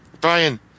Brian